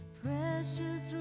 precious